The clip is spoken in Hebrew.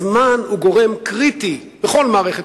הזמן הוא גורם קריטי בכל מערכת,